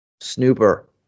snooper